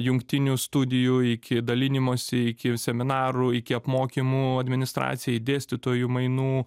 jungtinių studijų iki dalinimosi iki seminarų iki apmokymų administracijai dėstytojų mainų